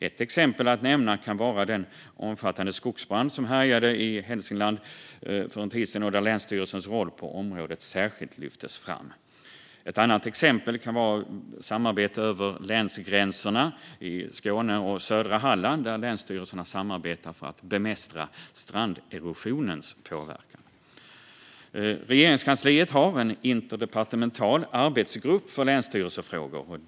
Ett exempel som kan nämnas är den omfattande skogsbrand som härjade i Hälsingland för en tid sedan och där länsstyrelsens roll särskilt lyftes fram. Ett annat exempel är samarbete över länsgränserna i Skåne och södra Halland, där länsstyrelserna samarbetar för att bemästra stranderosionens påverkan. Regeringskansliet har en interdepartemental arbetsgrupp för länsstyrelsefrågor.